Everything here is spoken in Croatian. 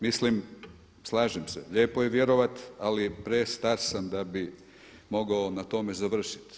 Mislim, slažem se lijepo je vjerovati ali prestar sam da bi mogao na tome završiti.